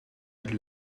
het